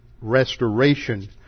restoration